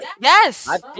Yes